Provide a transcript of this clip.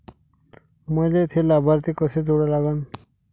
मले थे लाभार्थी कसे जोडा लागन?